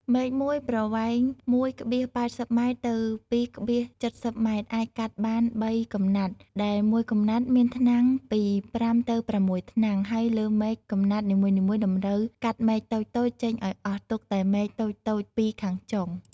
មែកមួយប្រវែង ១,៨០ ម៉ែត្រ ទៅ ២,៧០ ម៉ែត្រ អាចកាត់បាន៣កំណាត់ដែលមួយកំណាត់មានថ្នាំងពី ៥ ទៅ ៦ ថ្នាំង ហើយលើមែកកំណាត់នីមួយៗតម្រូវកាត់មែកតូចៗចេញឱ្យអស់ ទុកតែមែកតូចៗ២ ខាងចុង ។